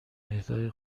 اهدای